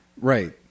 Right